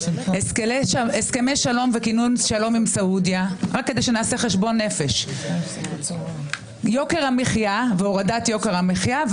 הסכמי שלום וכינון שלום עם סעודיה; יוקר המחייה והורדת יוקר המחייה,